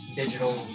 digital